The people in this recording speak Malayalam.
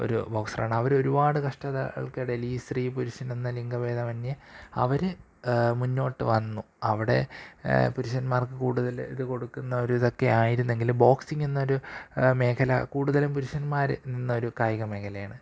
ഒരു ബോക്സർ ആണ് അവര് ഒരുപാട് കഷ്ടതകൾക്കിടയിൽ ഈ സ്ത്രീ പുരുഷനെന്ന ലിംഗഭേദമന്യേ അവര് മുന്നോട്ട് വന്നു അവിടെ പുരുഷന്മാര്ക്ക് കൂടുതല് ഇത് കൊടുക്കുന്ന ഒരിതൊക്കെ ആയിരുന്നെങ്കിലും ബോക്സ്സിങ്ങെന്നൊരു മേഖല കൂടുതലും പുരുഷന്മാര് നിന്നൊരു കായിക മേഖലയാണ്